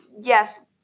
Yes